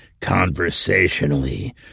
conversationally